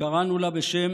וקראנו לה בשם